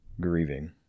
grieving